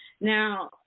Now